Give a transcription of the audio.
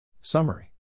Summary